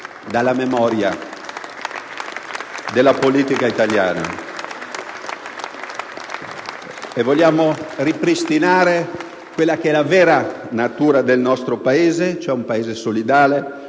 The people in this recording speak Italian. dalla memoria della politica italiana. Vogliamo ripristinare la vera natura del nostro Paese, ossia un Paese solidale,